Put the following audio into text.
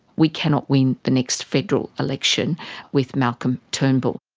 we cannot win the next federal election with malcolm turnbull.